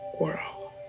world